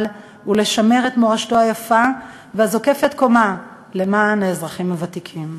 ולשמר את מורשתו היפה וזוקפת הקומה למען האזרחים הוותיקים.